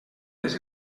les